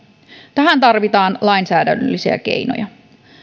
tähän tarvitaan lainsäädännöllisiä keinoja